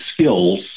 skills